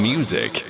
Music